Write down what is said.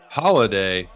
holiday